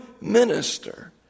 minister